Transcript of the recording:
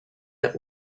that